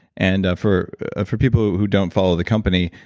and for ah for people who don't follow the company,